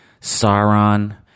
Sauron